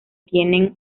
tienen